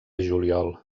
juliol